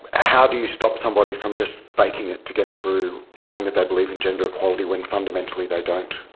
how do you stop somebody from just faking it to get through, saying that they believe in gender equality when fundamentally they don't?